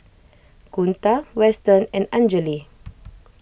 Kunta Weston and Anjali